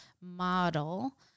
model